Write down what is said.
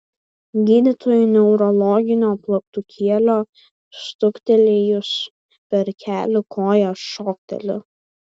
gydytojui neurologiniu plaktukėliu stuktelėjus per kelį koja šokteli